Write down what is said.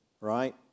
right